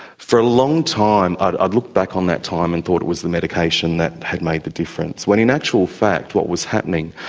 for a long time i'd i'd look back on that time and thought it was the medication that had made the difference, when in actual fact what was happening,